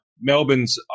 Melbourne's